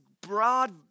broad